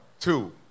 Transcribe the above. two